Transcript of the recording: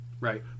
Right